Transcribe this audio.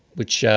which,